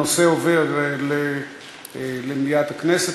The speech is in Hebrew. הנושא עובר למליאת הכנסת,